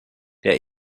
der